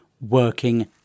working